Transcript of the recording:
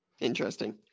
Interesting